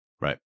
Right